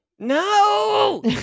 No